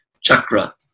chakra